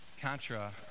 Contra